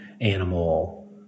animal